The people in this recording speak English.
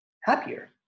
happier